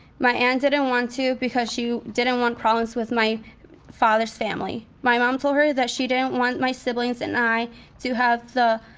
my aunt and didn't want to because she didn't want problems with my father's family. my mom told her that she didn't want my siblings and i to have the